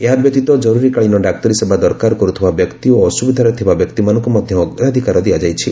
ଏହା ବ୍ୟତୀତ କର୍ତ୍ରରିକାଳୀନ ଡାକ୍ତରୀସେବା ଦରକାର କର୍ତ୍ତିବା ବ୍ୟକ୍ତି ଓ ଅସୁବିଧାରେ ଥିବା ବ୍ୟକ୍ତିମାନଙ୍କୁ ମଧ୍ୟ ଅଗ୍ରାଧିକାର ଦିଆଯାଇଛି